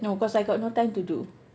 no cause I got no time to do